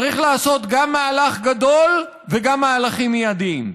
צריך לעשות גם מהלך גדול וגם מהלכים מיידיים.